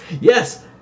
Yes